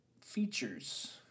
features